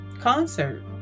concert